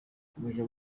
ikomeje